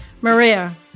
Maria